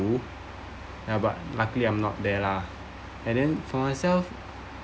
ya but luckily I'm not there lah and then for myself